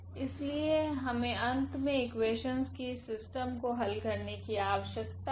इसलिए हमें अंत में इकुवेशनस की इस सिस्टम को हल करने की आवश्यकता है